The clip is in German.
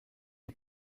die